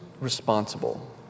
responsible